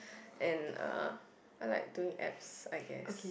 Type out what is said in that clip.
and uh I like doing abs I guess